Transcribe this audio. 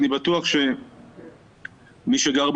ואם זה יועבר למשרד האוצר,